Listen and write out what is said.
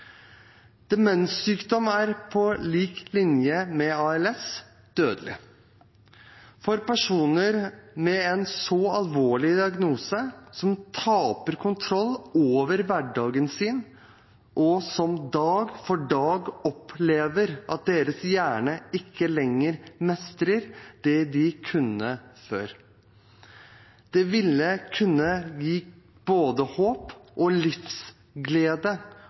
Demenssykdom er på linje med ALS dødelig. For personer med en så alvorlig diagnose, som taper kontroll over hverdagen sin, og som dag for dag opplever at deres hjerne ikke lenger mestrer det de kunne før, vil det kunne gi både håp og livsglede